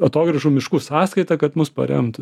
atogrąžų miškų sąskaita kad mus paremtų